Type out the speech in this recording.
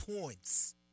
points